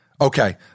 Okay